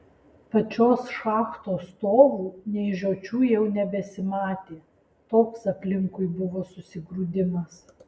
pačios šachtos stovų nei žiočių jau nebesimatė toks aplinkui buvo susigrūdimas